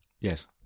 Yes